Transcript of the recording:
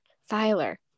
Filer